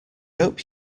hope